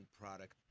product